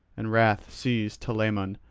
and wrath seized telamon,